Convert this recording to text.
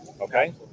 Okay